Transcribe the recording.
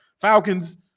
Falcons